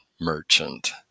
merchant